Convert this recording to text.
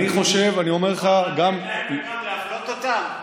גם לתת להם וגם להפלות אותם?